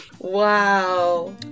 Wow